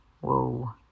whoa